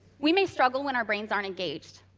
we may struggle when our brains aren't engaged,